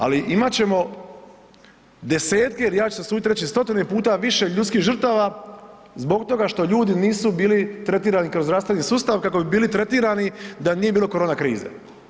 Ali imat ćemo desetke, a ja ću se usuditi reći stotine puta više ljudskih žrtava zbog toga što ljudi nisu bili tretirani kroz zdravstveni sustav kako bi bili tretirani da nije bilo korona krize.